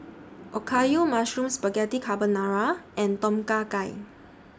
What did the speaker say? Okayu Mushroom Spaghetti Carbonara and Tom Kha Gai